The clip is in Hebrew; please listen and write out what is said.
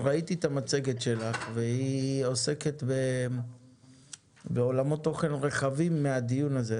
ראיתי את המצגת שלך והיא עוסקת בעולמות תוכן רחבים מן הדיון הזה.